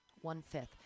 one-fifth